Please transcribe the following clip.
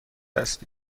هستی